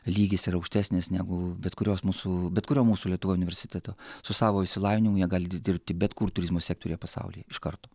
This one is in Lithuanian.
lygis yra aukštesnis negu bet kurios mūsų bet kurio mūsų lietuvoj universiteto su savo išsilavinimu jie gali dirbti bet kur turizmo sektoriuje pasaulyje iš karto